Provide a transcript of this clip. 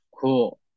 Cool